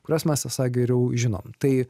kuriuos mes esą geriau žinom tai